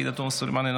עאידה תומא סלימאן,